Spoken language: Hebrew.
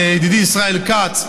ידידי ישראל כץ,